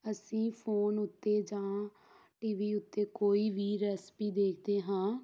ਅਸੀਂ ਫੋਨ ਉੱਤੇ ਜਾਂ ਟੀ ਵੀ ਉੱਤੇ ਕੋਈ ਵੀ ਰੈਸਪੀ ਦੇਖਦੇ ਹਾਂ